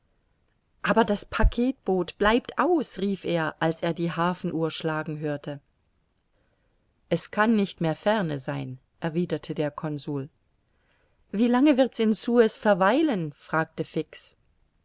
aber das packetboot bleibt aus rief er als er die hafenuhr schlagen hörte es kann nicht mehr ferne sein erwiderte der consul wie lange wird's in suez verweilen fragte fix